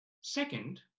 Second